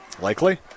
Likely